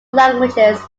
languages